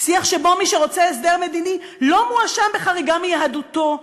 שיח שבו מי שרוצה הסדר מדיני לא מואשם בחריגה מיהדותו,